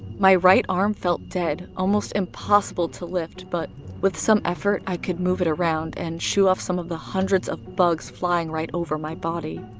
my right arm felt dead, almost impossible to lift, but with some effort i could move it around and shoo off some of the hundreds of bugs flying right over my body.